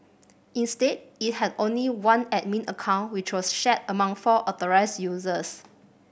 instead it had only one admin account which was shared among four authorised users